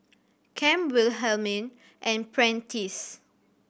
Cam Wilhelmine and Prentiss